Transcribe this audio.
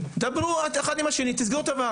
דברו אחד עם השני ותסגרו את הנושא.